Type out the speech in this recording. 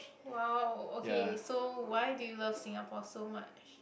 !wow! okay so why do you love Singapore so much